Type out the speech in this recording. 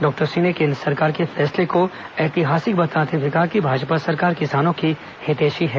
doctor Singh ने केंद्र सरकार के फैसले को ऐतिहासिक बताते हुए कहा कि भाजपा सरकार किसानों की हितेषी है